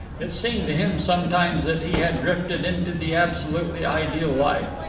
it seemed to him sometimes that he had drifted into the absolutely ideal life.